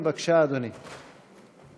חוק ומשפט להכנתה לקריאה